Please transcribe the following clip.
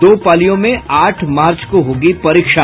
दो पालियों में आठ मार्च को होगी परीक्षा